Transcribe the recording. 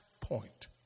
point